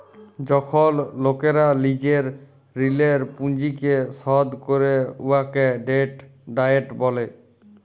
যখল লকেরা লিজের ঋলের পুঁজিকে শধ ক্যরে উয়াকে ডেট ডায়েট ব্যলে